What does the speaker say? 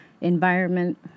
environment